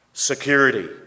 Security